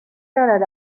دارد